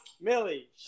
Millie